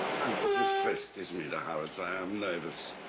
um, this place gives me the hurts. i am nervous